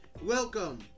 Welcome